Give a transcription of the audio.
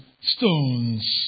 stones